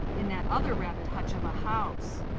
in that other rabbit hutch of a house.